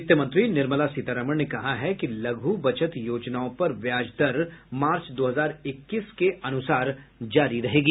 वित्त मंत्री निर्मला सीतारमन ने कहा है कि लघु बचत योजनाओं पर ब्याज दर मार्च दो हजार इक्कीस के अनुसार जारी रहेंगी